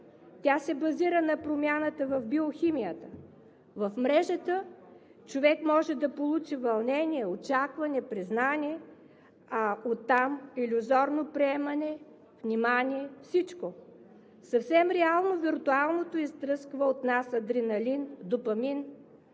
тя се базира на промяната в биохимията. В мрежата човек може да получи вълнения, очаквания, признания, а оттам илюзорно приемане, внимание, всичко. Съвсем реално виртуалното изтръсква от нас адреналин, допамин,